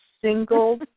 single